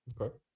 Okay